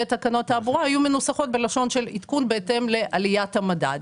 ותקנות התעבורה היו מנוסחות בלשון של עדכון בהתאם לעליית המדד,